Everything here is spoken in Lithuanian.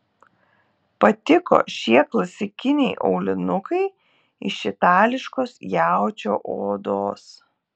patiko šie klasikiniai aulinukai iš itališkos jaučio odos